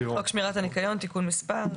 חוק שמירת הניקיון (תיקון מס' ....),